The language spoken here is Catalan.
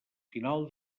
final